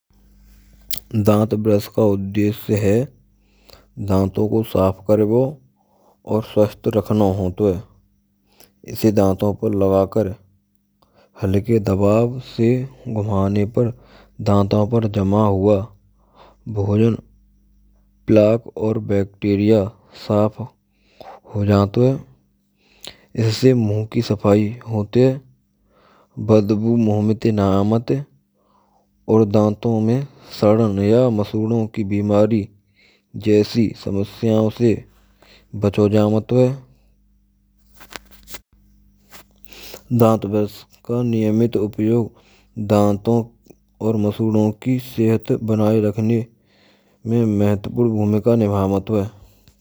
Dant brush ka uddeshy hai daton ko saf karbo aur swastha rakhna hot h. Isee daton par lgakar halke dbav se ghumane par daton par jma hua bhojan labh aur bacteria saf ho jato h aise moh ki safai hot ha badbu moh te na avat haur daton ma sad rahya masudon Ki bimari Jaisi samasyaon se bacha javto ha. Dant brush ka niyamit upyog danto aur masudon ki sehat banaye rakhne mein mahatvpurn bhumika nibhavto h.